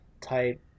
type